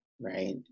right